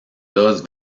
dos